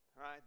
right